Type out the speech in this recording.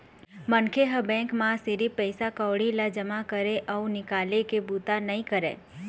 मनखे ह बेंक म सिरिफ पइसा कउड़ी ल जमा करे अउ निकाले के बूता नइ करय